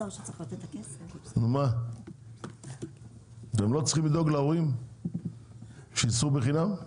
אתם לא צריכים לדאוג להורים שייסעו בחינם?